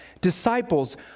disciples